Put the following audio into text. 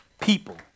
people